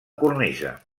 cornisa